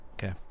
Okay